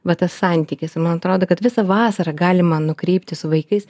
va tas santykis man atrodo kad visą vasarą galima nukreipti su vaikais